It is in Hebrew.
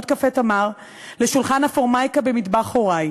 "קפה תמר" לשולחן הפורמייקה במטבח הורי.